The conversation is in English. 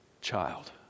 child